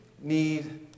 need